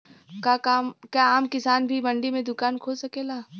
का आम किसान भी मंडी में दुकान खोल सकेला?